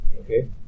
okay